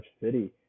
city